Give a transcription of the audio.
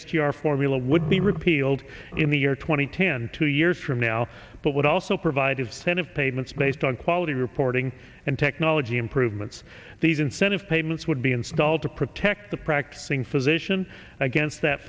g r formula would be repealed in the year two thousand and ten two years from now but would also provide a cent of payments based on quality reporting and technology improvements these incentive payments would be installed to protect the practicing physician against that